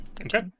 Okay